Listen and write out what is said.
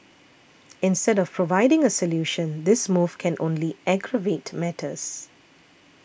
instead of providing a solution this move can only aggravate matters